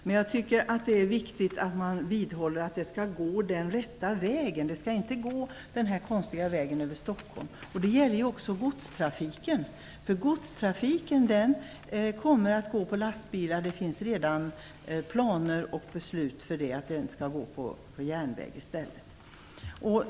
Men jag tycker att det är viktigt att man vidhåller att det skall gå den rätta vägen. Det skall inte gå den här konstiga vägen över Stockholm. Det gäller också godstrafiken. Godstrafiken kommer att gå på lastbilar. Det finns redan planer och beslut, men den borde gå på järnväg i stället.